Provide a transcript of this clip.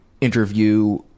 interview